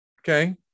Okay